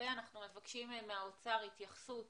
אנחנו מבקשים מהאוצר התייחסות